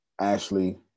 Ashley